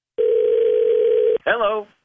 Hello